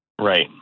Right